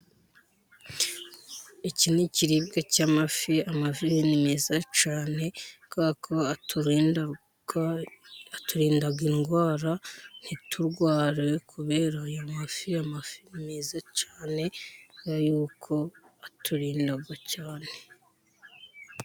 Iki ni ikiribwa cy'amafi, amafi ni meza cyane, kubera ko aturinda indwara ntiturware, kubera ayo mafi, amafi ni meza cyane, kubera yuko aturinda cyane.